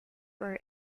were